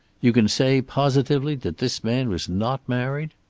you can say positively that this man was not married?